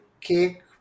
cake